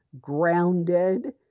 grounded